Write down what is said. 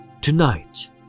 Tonight